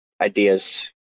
ideas